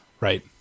right